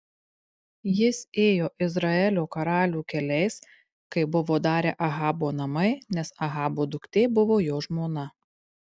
jis ėjo izraelio karalių keliais kaip buvo darę ahabo namai nes ahabo duktė buvo jo žmona